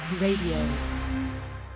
Radio